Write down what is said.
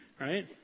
Right